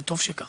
וטוב שכך.